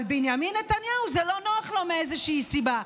אבל לבנימין נתניהו זה לא נוח מאיזושהי סיבה.